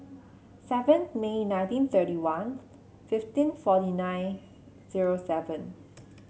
seven May nineteen thirty one fifteen forty nine zero seven